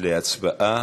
להצבעה